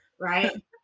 right